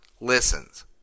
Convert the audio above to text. listens